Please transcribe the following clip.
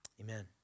amen